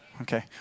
Okay